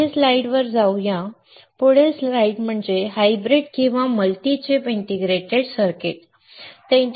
तर पुढील स्लाइडवर जाऊ या पुढील स्लाइड म्हणजे हायब्रिड किंवा मल्टी चिप इंटिग्रेटेड सर्किट्स